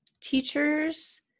teachers